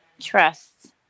trust